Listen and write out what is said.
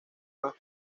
mas